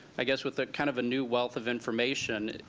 i guess, with ah kind of a new wealth of information,